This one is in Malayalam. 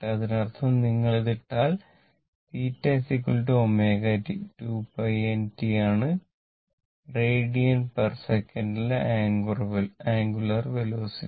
അതിനർത്ഥം നിങ്ങൾ ഇത് ഇട്ടാൽ θ ω t 2 π n t ആണ് റേഡിയൻസെക്കന്റിലെradiansec അംഗുലര് വെലോസിറ്റി